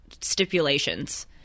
stipulations